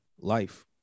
Life